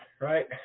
right